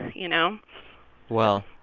you know well,